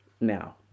now